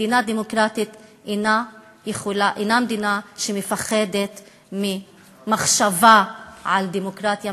מדינה דמוקרטית אינה מדינה שמפחדת ממחשבה על דמוקרטיה,